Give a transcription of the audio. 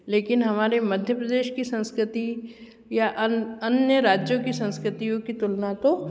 लेकिन हमारे मध्य प्रदेश की संस्कृति या अन अन्य राज्यों की संस्कृतियों की तुलना तो